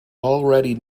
already